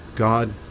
God